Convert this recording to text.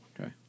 Okay